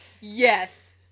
Yes